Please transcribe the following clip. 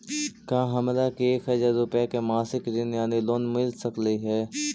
का हमरा के एक हजार रुपया के मासिक ऋण यानी लोन मिल सकली हे?